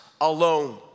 alone